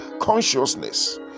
consciousness